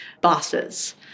bosses